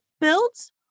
builds